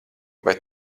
vai